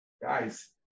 Guys